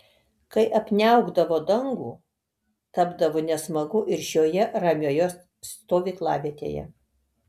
kai apniaukdavo dangų tapdavo nesmagu ir šioje ramioje stovyklavietėje